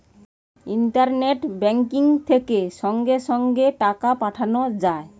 internet banking থেকে সঙ্গে সঙ্গে টাকা পাঠানো যায়